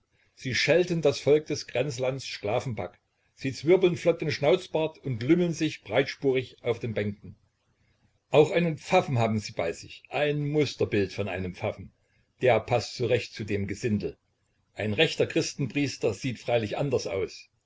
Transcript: sie schelten das volk des grenzlands sklavenpack sie zwirbeln flott den schnauzbart und lümmeln sich breitspurig auf den bänken auch einen pfaffen haben sie bei sich ein musterbild von einem pfaffen der paßt so recht zu dem gesindel ein rechter christenpriester sieht freilich anders aus